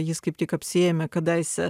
jis kaip tik apsiėmė kadaise